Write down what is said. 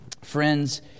Friends